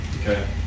Okay